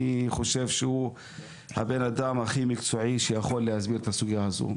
אני חושב שהוא הבן אדם הכי מקצועי שיכול להסביר את הסוגיה הזו.